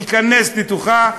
ניכנס לתוכה.